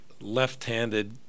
left-handed